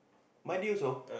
my dear so